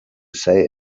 say